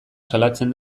salatzen